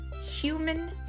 human